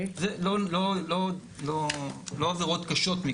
לא עבירות קשות,